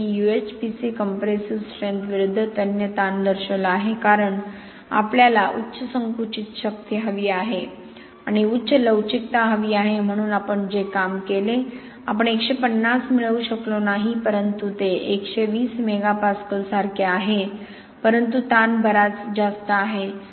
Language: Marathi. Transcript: येथे मी UHPC कंप्रेसिव्ह स्ट्रेंथ विरुद्ध तन्य ताण दर्शविला आहे कारण आपल्याला उच्च संकुचित शक्ती हवी आहे आणि उच्च लवचिकता हवी आहे म्हणून आपण जे काम केले आपण 150 मिळवू शकलो नाही परंतु ते 120 मेगापास्कल सारखे आहे परंतु ताण बराच जास्तआहे